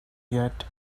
yet